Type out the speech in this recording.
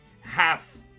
half